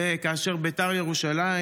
בית"ר ירושלים,